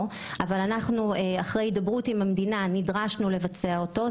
אבל אחרי הידברות עם המדינה נדרשנו לבצע אותו.